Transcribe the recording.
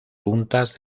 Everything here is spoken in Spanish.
juntas